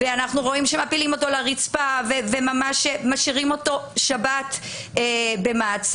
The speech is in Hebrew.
ראינו איך הפילו אותו לרצפה והשאירו אותו שבת במעצר.